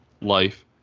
life